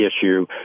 issue